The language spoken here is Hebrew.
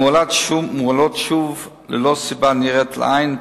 מועלות שוב ללא סיבה הנראית לעין,